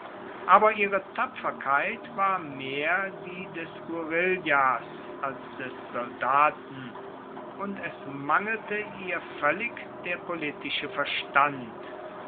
aber ihre tapferkeit war mehr die des guerillas als des soldaten und es mangelte ihr voellig der politische verstand